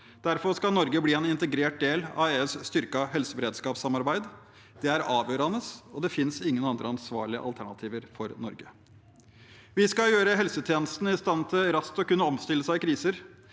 derfor skal Norge bli en integrert del av EUs styrkede helseberedskapssamarbeid. Det er avgjørende, og det finnes ingen andre ansvarlige alternativer for Norge. Vi skal gjøre helsetjenesten i stand til raskt å kunne omstille seg i kriser.